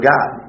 God